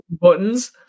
buttons